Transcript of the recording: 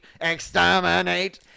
exterminate